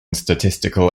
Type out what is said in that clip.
statistical